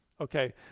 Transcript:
okay